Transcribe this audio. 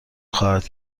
خواهد